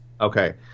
Okay